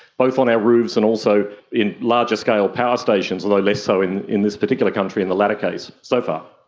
both on our roofs and also in larger scale power stations, although less so in in this particular country in the latter case so far.